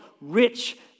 rich